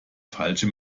falsche